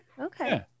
okay